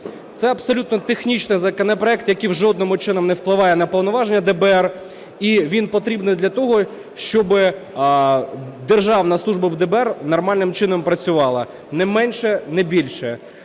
Це абсолютно технічний законопроект, який жодним чином не впливає на повноваження ДБР, і він потрібен для того, щоб державна служба в ДБР нормальним чином працювала, не менше, не більше.